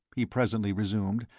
he presently resumed,